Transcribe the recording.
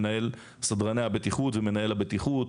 מנהל סדרני הבטיחות ומנהל הבטיחות.